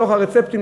בתוך הרצפטים,